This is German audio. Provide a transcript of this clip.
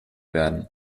werden